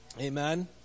Amen